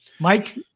Mike